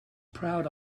proud